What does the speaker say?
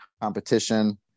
competition